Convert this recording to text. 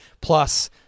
plus